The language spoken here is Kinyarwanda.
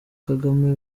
kagame